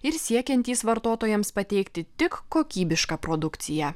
ir siekiantys vartotojams pateikti tik kokybišką produkciją